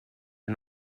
are